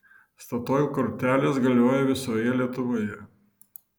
statoil kortelės galioja visoje lietuvoje